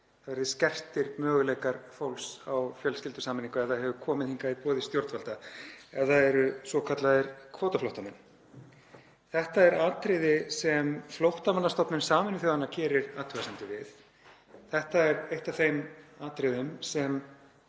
það verði skertir möguleikar fólks á fjölskyldusameiningu ef það hefur komið hingað í boði stjórnvalda, ef það er svokallaðir kvótaflóttamenn. Þetta er atriði sem Flóttamannastofnun Sameinuðu þjóðanna gerir athugasemdir við. Þetta er eitt af þeim atriðum sem